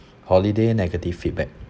holiday negative feedback